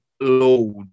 load